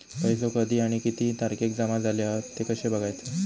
पैसो कधी आणि किती तारखेक जमा झाले हत ते कशे बगायचा?